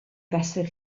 fesur